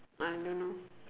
I no no